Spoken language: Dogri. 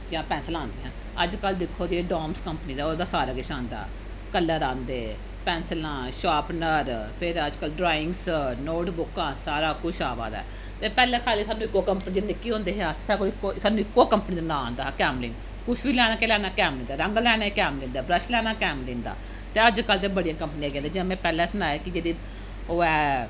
जां पैन्सलां औंदियां हियां अजकल्ल दिक्खो ते डाम्स कंपनी दा ओह्दा सारा किश औंदा कलर औंदे पैन्सलां शार्पनर फिर अजकल्ल ड्राइंग्स नोटबुक्कां सारा कुछ आवा दा ऐ ते पैह्लें खाल्ली सानूं इक्को कंपनी जेल्लै निक्के होंदे हे अस कोई सानू इक्को कम्पनी दा नांऽ औंदा हा कैमलिन कुछ बी लैना केह् लैना कैमलिन दा रंग लैने कैमलिन दे ब्रश लैना कैमलिन दा ते अजकल्ल ते बड़ियां कंपनियां आई गेदियां जि'यां में पैह्ले सनाया कि ओह् ऐ